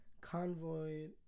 convoy